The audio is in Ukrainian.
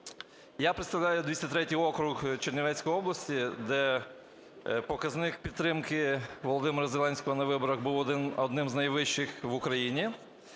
Я представляю 203 округ Чернівецької області, де показник підтримки Володимира Зеленського на виборах був одним з найвищих в Україні,